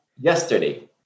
yesterday